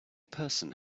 person